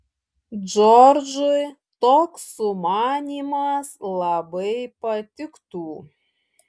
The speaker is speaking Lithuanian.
džordžui toks sumanymas labai patiktų